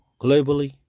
globally